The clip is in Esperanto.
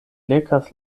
lekas